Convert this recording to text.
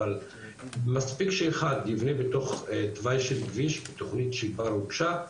אבל מספיק שאחד יבנה בתוך תוואי של כביש תוכנית שכבר הוגשה,